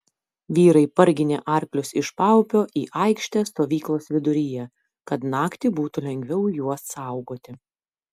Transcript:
vyrai parginė arklius iš paupio į aikštę stovyklos viduryje kad naktį būtų lengviau juos saugoti